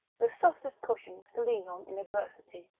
the softest cushions to lean on in adversity